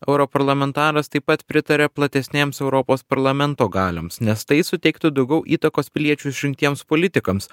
europarlamentaras taip pat pritaria platesnėms europos parlamento galioms nes tai suteiktų daugiau įtakos piliečių išrinktiems politikams